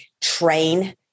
train